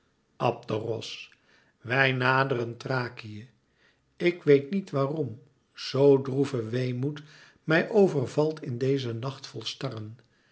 abderos wij naderen thrakië ik weet niet waarom zoo droeve weemoed mij overvalt in deze nacht vol starren